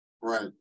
Right